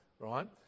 right